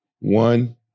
one